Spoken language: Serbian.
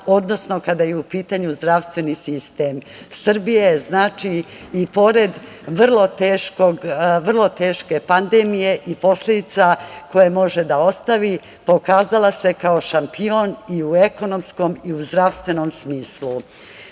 odnosno kada je u pitanju zdravstveni sistem. Srbija je znači i pored vrlo teške pandemije i posledica koje može da ostavi pokazala se kao šampion i u ekonomsko i u zdravstvenom